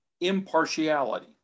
impartiality